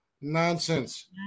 nonsense